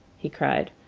he cried,